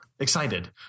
Excited